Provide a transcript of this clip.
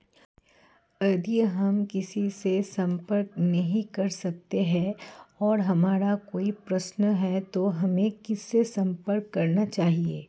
यदि हम किसी से संपर्क नहीं कर सकते हैं और हमारा कोई प्रश्न है तो हमें किससे संपर्क करना चाहिए?